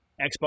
Xbox